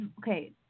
okay